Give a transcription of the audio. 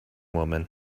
woman